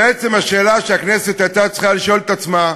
בעצם השאלה שהכנסת הייתה צריכה לשאול את עצמה: